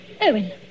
Owen